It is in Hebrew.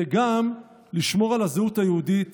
גם לשמור על הזהות היהודית